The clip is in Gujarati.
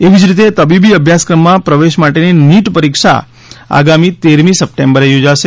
એવી જ રીતે તબીબી અભ્યાસક્રમોમાં પ્રવેશ માટેની નીટ પરીક્ષા આગામી તેરમી સપ્ટેમ્બરે યોજાશે